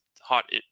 hot